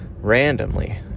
randomly